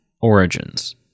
origins